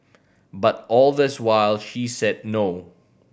but all this while she said no